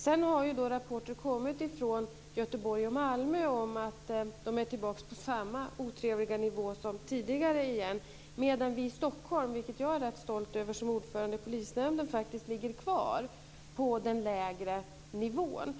Sedan har rapporter kommit från Göteborg och Malmö om att de är tillbaka på samma otrevliga nivå som tidigare, medan vi i Stockholm - vilket jag är rätt stolt över som ordförande i polisnämnden - faktiskt ligger kvar på den lägre nivån.